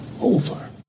over